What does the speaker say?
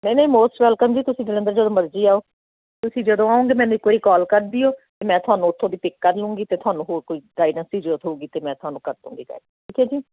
ਨਹੀਂ ਨਹੀਂ most welcome ਜੀ ਤੁਸੀਂ ਜਲੰਧਰ ਜਦੋਂ ਮਰਜ਼ੀ ਆਓ ਤੁਸੀਂ ਜਦੋਂ ਆਓਗੇ ਮੈਨੂੰ ਇੱਕ ਵਰੀ ਕਾਲ ਕਰ ਦਿਓ ਮੈਂ ਤੁਹਾਨੂੰ ਉਥੋਂ ਦੀ ਪਿੱਕ ਕਰ ਦੂੰਗੀ ਅਤੇ ਤੁਹਾਨੂੰ ਹੋਰ ਕੋਈ ਗਾਈਡੈਂਸ ਦੀ ਜ਼ਰੂਰਤ ਹੋਵੇਗੀ ਅਤੇ ਮੈਂ ਤੁਹਾਨੂੰ ਕਰਾਂਗੀ ਗੱਲ ਠੀਕ ਹੈ ਜੀ